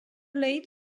late